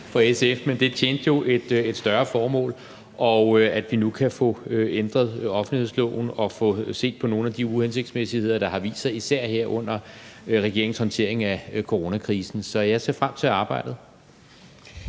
for SF, men det tjente jo et større formål. Vi kan nu få ændret offentlighedsloven og få set på nogle af de uhensigtsmæssigheder, der har vist sig især her under regeringens håndtering af coronakrisen. Så jeg ser frem til arbejdet.